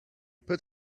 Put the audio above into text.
put